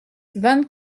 vingt